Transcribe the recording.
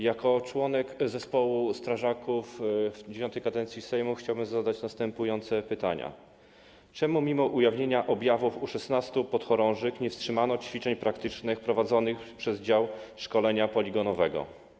Jako członek zespołu strażaków IX kadencji Sejmu chciałbym zadać następujące pytania: Czemu mimo ujawnienia objawów u 16 podchorążych nie wstrzymano ćwiczeń praktycznych prowadzonych przez dział szkolenia poligonowego?